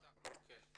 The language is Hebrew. אז הבטחנו לו.